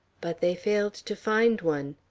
but they failed to find one.